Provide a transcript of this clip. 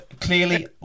clearly